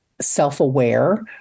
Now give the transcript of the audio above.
self-aware